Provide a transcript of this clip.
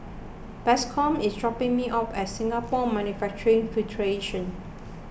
Bascom is dropping me off at Singapore Manufacturing Federation